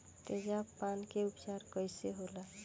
तेजाब पान के उपचार कईसे होला?